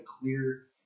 clear